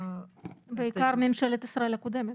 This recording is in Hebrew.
בעיקר ממשלת ישראל הקודמת.